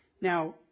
Now